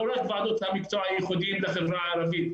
לא רק ועדות המקצוע הייחודיים לחברה הערבית,